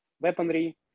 weaponry